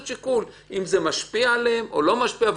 שיקול אם זה משפיע עליהם או לא משפיע.